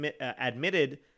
admitted